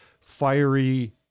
fiery